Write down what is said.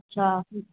अच्छा